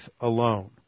alone